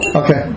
okay